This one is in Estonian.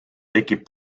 tekib